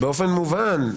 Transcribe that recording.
באופן מובן,